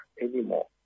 anymore